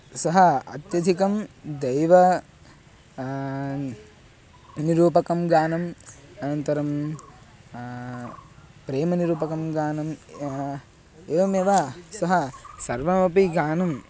सः अत्यधिकं दैवं निरूपकं गानम् अनन्तरं प्रेमनिरूपकं गानम् एवमेव सः सर्वमपि गानम्